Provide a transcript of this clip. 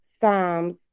psalms